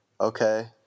Okay